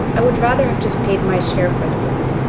i would rather have just paid my share for the room.